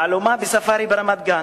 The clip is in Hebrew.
כתוב: "תעלומה בספארי ברמת-גן: